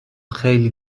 خیلی